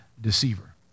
deceiver